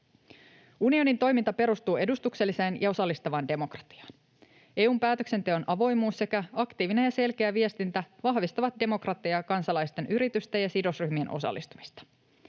Unionin toiminta perustuu edustukselliseen ja osallistavaan demokratiaan. EU:n päätöksenteon avoimuus sekä aktiivinen ja selkeä viestintä vahvistavat demokratiaa ja kansalaisten, yritysten ja sidosryhmien osallistumista.